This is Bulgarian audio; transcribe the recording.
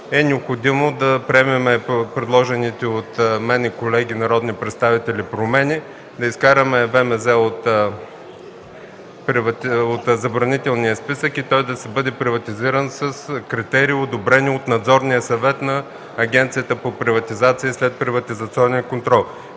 е необходимо да приемем предложените от мен и колеги народни представители промени, да извадим ВМЗ от Забранителния списък и те да бъдат приватизирани по критерии, одобрени от Надзорния съвет на Агенцията за приватизация и следприватизационен контрол.